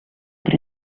per